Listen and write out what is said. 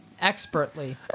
Expertly